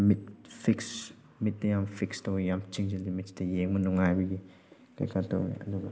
ꯃꯤꯠ fix ꯃꯤꯠꯇ ꯌꯥꯝ fix ꯇꯧꯏ ꯌꯥꯝ ꯆꯤꯡꯖꯤꯜꯂꯤ ꯃꯤꯗꯇ ꯌꯦꯡꯕ ꯅꯨꯡꯉꯥꯏꯕꯒꯤ ꯀꯩꯀꯥ ꯇꯧꯏ ꯑꯗꯨꯒ